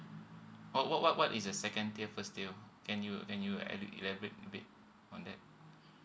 what what what is the second tier first tier can you can you elaborate a bit on that